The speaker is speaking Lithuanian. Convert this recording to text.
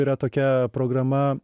yra tokia programa